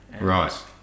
right